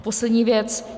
Poslední věc.